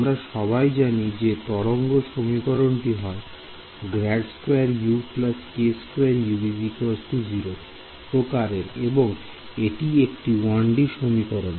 আমরা সবাই জানি যে তরঙ্গ সমীকরণটি হয় প্রকারের এবং এটি একটি 1D সমীকরণ